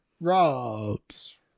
Rob's